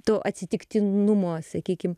to atsitiktinumo sakykim